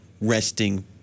resting